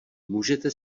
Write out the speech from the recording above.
můžete